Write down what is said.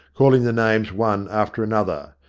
calling the names one after another.